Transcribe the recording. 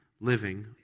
living